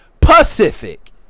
pacific